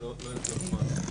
ולא אגזול זמן.